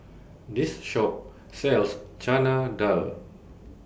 This Shop sells Chana Dal